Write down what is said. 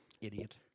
Idiot